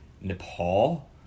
Nepal